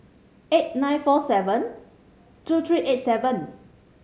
eight nine four seven two three eight seven